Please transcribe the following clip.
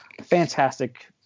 fantastic